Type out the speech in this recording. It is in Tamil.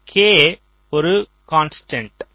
இந்த K ஒரு கான்ஸ்டன்ட்